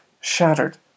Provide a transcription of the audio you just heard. shattered